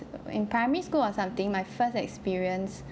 in primary school or something my first experience